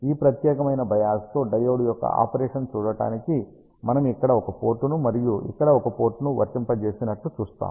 ఈ ప్రత్యేకమైన బయాస్ తో డయోడ్ యొక్క ఆపరేషన్ చూడటానికి మనము ఇక్కడ ఒక పోర్టును మరియు ఇక్కడ ఒక పోర్టును వర్తింపజేసినట్లు చూస్తాము